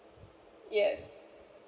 yes